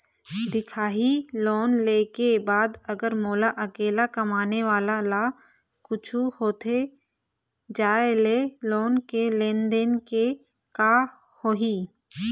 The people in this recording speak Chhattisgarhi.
दिखाही लोन ले के बाद अगर मोला अकेला कमाने वाला ला कुछू होथे जाय ले लोन के लेनदेन के का होही?